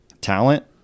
talent